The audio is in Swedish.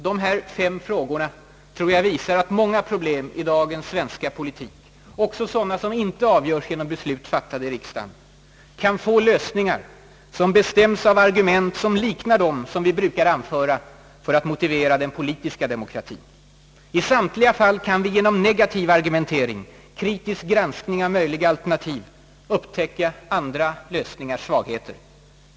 Dessa fem frågor tror jag visar att många problem i dagens svenska politik — också sådana som inte avgörs genom beslut fattade i riksdagen — kan få lösningar som bestäms av argument som liknar dem vi brukar anföra för att motivera den politiska demokratien. I samtliga fall kan vi genom »negativ» argumentering — kritisk granskning av möjliga alternativ — upptäcka andra lösningars svagheter.